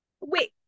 wait